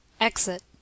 EXIT